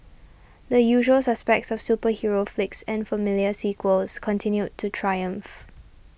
the usual suspects of superhero flicks and familiar sequels continued to triumph